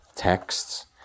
texts